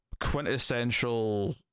quintessential